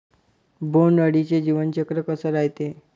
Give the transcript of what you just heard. बोंड अळीचं जीवनचक्र कस रायते?